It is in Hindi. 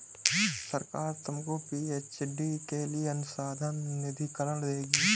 सरकार तुमको पी.एच.डी के लिए अनुसंधान निधिकरण देगी